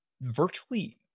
virtually